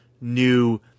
new